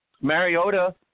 Mariota